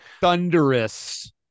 Thunderous